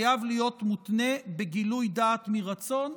הוא חייב להיות מותנה בגילוי דעת מרצון.